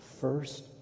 First